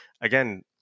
again